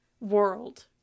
world